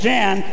Jan